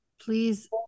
please